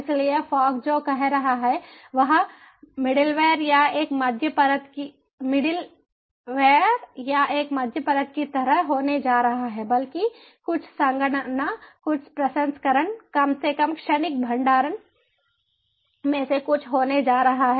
इसलिए फॉग जो कह रहा है वह मिडलवेयर या एक मध्य परत की तरह होने जा रहा है बल्कि कुछ संगणना कुछ प्रसंस्करण कम से कम क्षणिक भंडारण में से कुछ होने जा रहा है